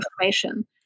information